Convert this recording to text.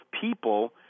people